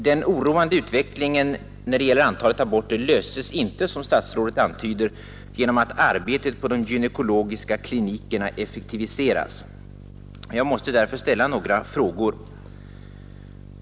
Den oroande utvecklingen när det gäller antalet aborter löses inte, som statsrådet antyder, genom att arbetet på de gynekologiska klinikerna effektiviseras. Jag måste därför ställa några frågor.